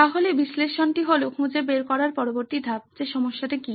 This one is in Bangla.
তাহলে বিশ্লেষণটি হলো খুঁজে বের করার পরবর্তী ধাপ যে সমস্যাটা কি